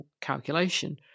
calculation